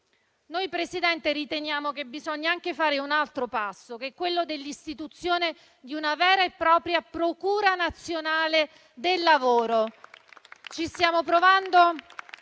Presidente, riteniamo che bisogna anche fare un altro passo, con l'istituzione di una vera e propria procura nazionale del lavoro. Ci stiamo provando